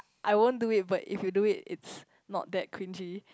I won't do it but if you do it it's not that cringey